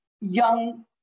young